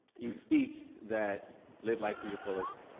you speak that live life to your fullest,